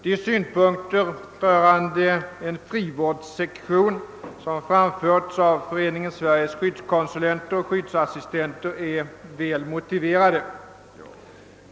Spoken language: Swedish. De synpunkter rörande en frivårdssektion som framförts av Föreningen Sveriges skyddskonsulenter och skyddsassistenter är väl motiverade.